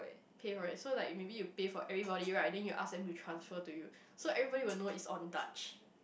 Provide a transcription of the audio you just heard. pay for it so like maybe you pay for everybody right then you ask them to transfer to you so everybody will know it's on dutch